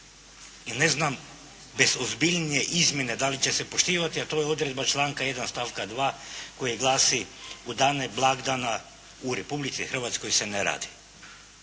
i ne znam bez ozbiljnije izmjene da li će se poštivati a to je odredba članka 1., stavka 2. koja glasi: «U dane blagdana u Republici Hrvatskoj se ne radi.».